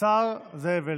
השר זאב אלקין.